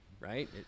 right